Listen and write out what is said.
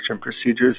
procedures